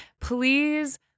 Please